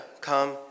come